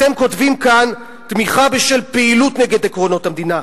אתם כותבים כאן: "תמיכה בשל פעילות נגד עקרונות המדינה".